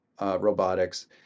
robotics